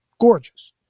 gorgeous